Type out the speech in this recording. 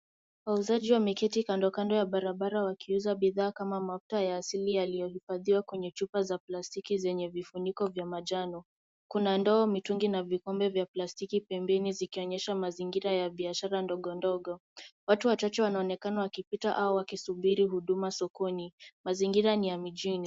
Wauzaji wameketi kando kando ya barabara wakiuza bidhaa kama mafuta ya asili yaliyohifadhiwa kwenye chupa za plastiki zenye vifuniko vya manjano. Kuna ndoo, mitungi na vikombe vya plastiki pembeni zikionyesha mazingira ya biashara ndogo ndogo. Watu wachache wanaonekana wakipita au wakisubiri huduma sokoni, mazingira ni ya mjini.